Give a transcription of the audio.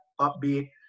upbeat